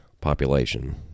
population